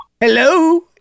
hello